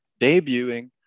debuting